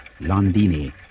Londini